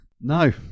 no